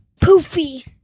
poofy